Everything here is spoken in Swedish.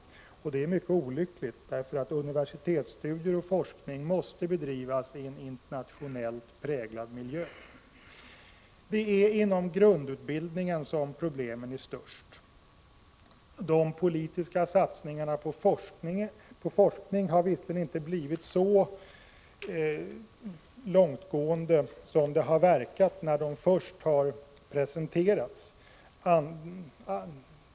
Och det är mycket olyckligt, därför att universitetsstudier och forskning måste bedrivas i en internationellt präglad miljö. Det är inom grundutbildningen som problemen är störst. De politiska satsningarna på forskning har inte blivit så långtgående som de verkat när de först presenterades.